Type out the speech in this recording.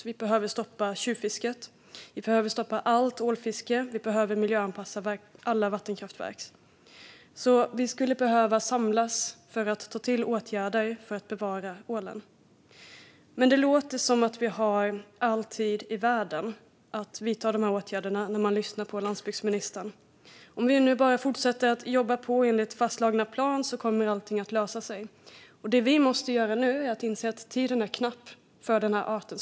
Vi behöver stoppa tjuvfisket, stoppa allt ålfiske och miljöanpassa alla vattenkraftverk. Vi skulle behöva samlas för att ta till åtgärder för att bevara ålen. På landsbygdsministern låter det som att vi har all tid i världen att vidta åtgärder; om vi bara fortsätter jobba på enligt fastslagna planer kommer allt att lösa sig. Vi måste inse att tiden är knapp för arten.